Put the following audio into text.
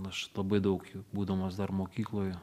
aš labai daug jų būdamas dar mokykloj